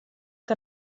que